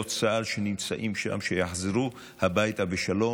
וחיילות צה"ל שנמצאים שם שיחזרו הביתה בשלום,